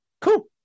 cool